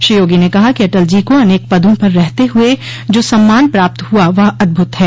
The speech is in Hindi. श्री योगी ने कहा कि अटल जी को अनेक पदों पर रहते हुये जो सम्मान प्राप्त हुआ वह अद्भुत है